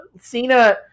Cena